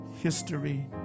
history